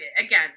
again